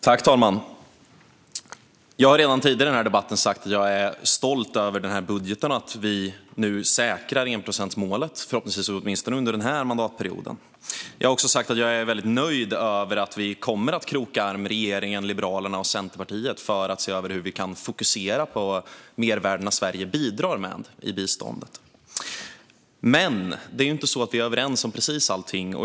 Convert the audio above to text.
Fru talman! Jag har redan tidigare i denna debatt sagt att jag är stolt över den här budgeten och över att vi nu säkrar enprocentsmålet, förhoppningsvis åtminstone under den här mandatperioden. Jag har också sagt att jag är väldigt nöjd över att vi kommer att kroka arm med regeringen och Liberalerna för att se över hur vi kan fokusera på de mervärden som Sverige bidrar med i samband med biståndet. Men vi är inte överens om precis allting.